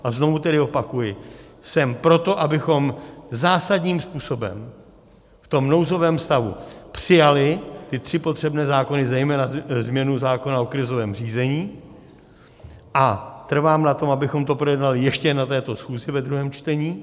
A znovu tedy opakuji, jsem pro to, abychom zásadním způsobem v tom nouzovém stavu přijali ty tři potřebné zákony, zejména změnu zákona o krizovém řízení, a trvám na tom, abychom to projednali ještě na této schůzi ve druhém čtení.